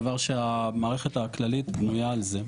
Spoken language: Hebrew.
זה דבר שהמערכת הכללית בנויה על זה.